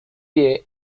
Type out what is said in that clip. pie